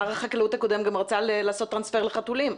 שר החקלאות הקודם גם רצה לעשות טרנספר לחתולים.